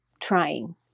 trying